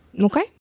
Okay